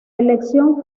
elección